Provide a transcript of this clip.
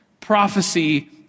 prophecy